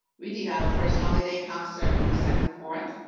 we did our first holiday concert on december fourth.